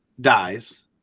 dies